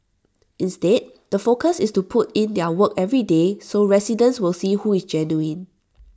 instead the focus is to put in their work every day so residents will see who is genuine